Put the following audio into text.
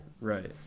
Right